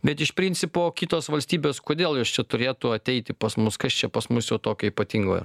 bet iš principo kitos valstybės kodėl jos čia turėtų ateiti pas mus kas čia pas mus jau tokio ypatingo yra